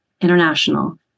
international